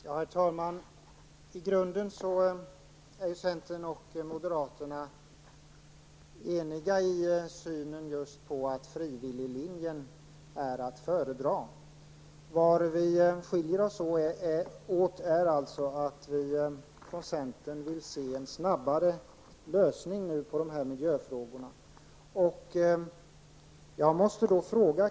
Herr talman! I grunden är centern och moderaterna eniga om att frivilliglinjen är att föredra. Vi skiljer oss dock åt så till vida att vi från centern vill se en snabbare lösning på miljöfrågorna.